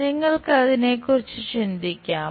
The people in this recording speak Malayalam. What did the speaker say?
നിങ്ങൾക്ക് അതിനെക്കുറിച്ച് ചിന്തിക്കാമോ